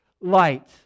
light